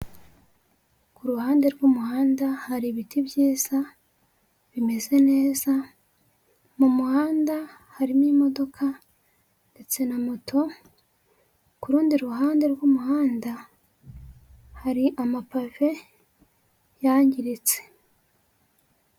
Ku ruhande rw'umuhanda hari ibiti byiza bimeze neza, mu muhanda harimo imodoka ndetse na moto, ku rundi ruhande rw'umuhanda hari amapave yangiritse.